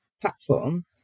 platform